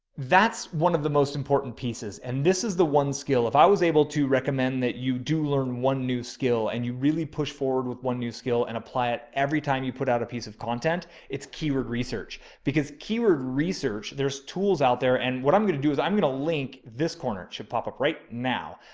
that's one of the most important pieces, and this is the one skill. if i was able to recommend that you do learn one new skill and you really push forward with one new skill and apply it every time you put out a piece of content, it's keyword research because keyword research there's tools out there. and what i'm going to do is i'm going to link this corner. it should pop up right now,